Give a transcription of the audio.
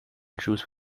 juice